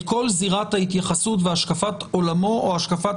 זירת ההתייחסות והשקפת עולמו או השקפת